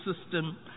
system